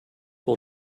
will